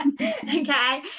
okay